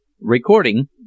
Recording